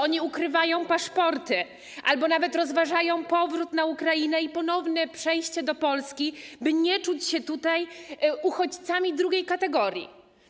Oni ukrywają paszporty albo nawet rozważają powrót na Ukrainę i ponowne przejście do Polski, by nie czuć się tutaj uchodźcami drugiej kategorii.